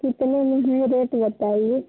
कितने में है रेट बताइए